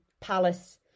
Palace